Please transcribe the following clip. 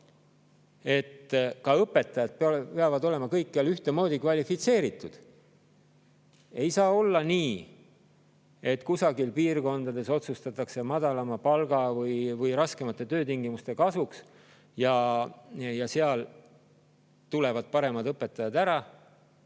ka õpetajad peavad olema kõikjal ühtemoodi kvalifitseeritud. Ei saa olla nii, et kusagil piirkondades otsustatakse madalama palga või raskemate töötingimuste kasuks ja sealt tulevad paremad õpetajad ära.